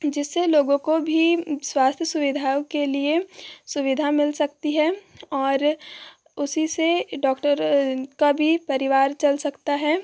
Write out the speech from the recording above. जिससे लोगों को भी स्वास्थ्य सुविधाओं के लिए सुविधा मिल सकती है और उसी से डॉक्टर का भी परिवार चल सकता है